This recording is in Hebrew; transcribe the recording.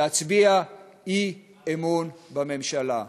להצביע אי-אמון בממשלה.